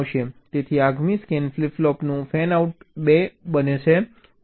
તેથી આગામી scan flip ફ્લોપનું ફેનઆઉટ 2 બને છે